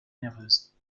nerveuse